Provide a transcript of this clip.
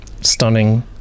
stunning